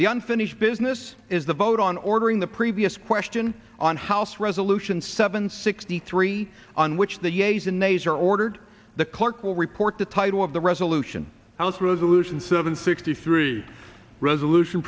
the unfinished business is the vote on ordering the previous question on house resolution seven sixty three on which the yeas and nays are ordered the clerk will report the title of the resolution house resolution seven sixty three resolution